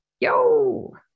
Yo